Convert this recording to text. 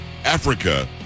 Africa